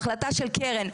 החלטה של קרן,